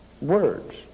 Words